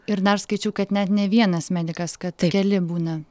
ir dar skaičiau kad net ne vienas medikas kad keli būna